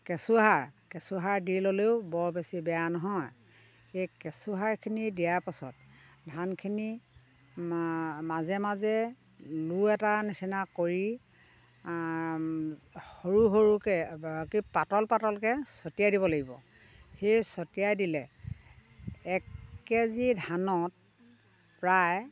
কেঁচুসাৰ কেঁচুসাৰ দি ল'লেও বৰ বেছি বেয়া নহয় এই কেঁচুসাৰখিনি দিয়া পাছত ধানখিনি মাজে মাজে লুৰ এটা নিচিনা কৰি সৰু সৰুকৈ পাতল পাতলকৈ ছটিয়াই দিব লাগিব সেই ছটিয়াই দিলে এক কেজি ধানত প্ৰায়